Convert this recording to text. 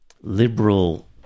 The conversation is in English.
liberal